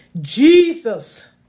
Jesus